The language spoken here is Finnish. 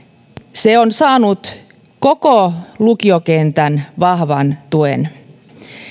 se on saanut koko lukiokentän vahvan tuen